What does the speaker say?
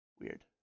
Weird